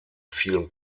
vielen